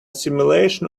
simulation